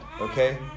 okay